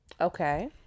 okay